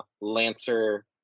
Lancer